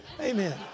Amen